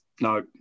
no